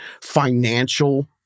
financial